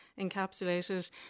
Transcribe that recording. encapsulated